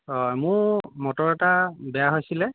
হয় মোৰ মটৰ এটা বেয়া হৈছিল